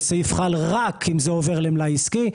הסעיף חל רק אם זה עובר למלאי עסקי.